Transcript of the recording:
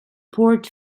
port